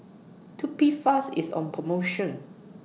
Tubifast IS on promotion